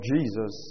Jesus